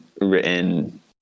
written